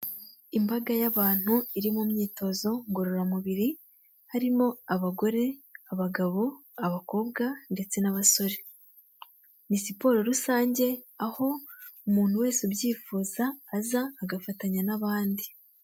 Imbaga y'abantu iri mu myitozo ngororamubiri, harimo abagore, abagabo, abakobwa ndetse n'abasore, ni siporo rusange aho umuntu wese ubyifuza aza agafatanya n'abandi.